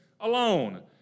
alone